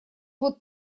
вот